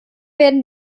werden